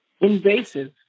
invasive